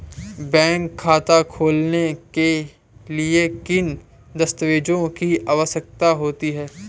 Bank खाता खोलने के लिए किन दस्तावेज़ों की आवश्यकता होती है?